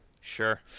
Sure